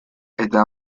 eta